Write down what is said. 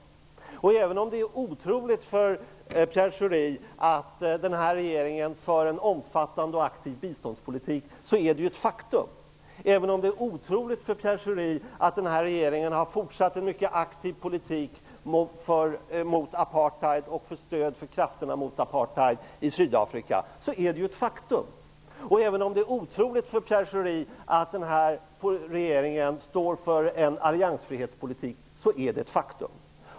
Även om det är otroligt för Pierre Schori att den här regeringen för en omfattande och aktiv biståndspolitik är det ett faktum. Även om det är otroligt för Pierre Schori att den här regeringen har fortsatt en mycket aktiv politik mot apartheid och för stöd för krafterna mot apartheid i Sydafrika är det ett faktum. Även om det är otroligt för Pierre Schori att den här regeringen står för en alliansfrihetspolitik är det ett faktum.